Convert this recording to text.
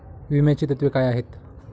विम्याची तत्वे काय आहेत?